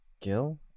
Gil